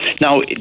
Now